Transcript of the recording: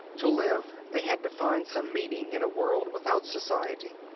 to live, they had to find some meaning in a world without society.